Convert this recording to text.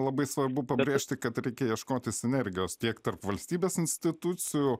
labai svarbu pabrėžti kad reikia ieškoti sinergijos tiek tarp valstybės institucijų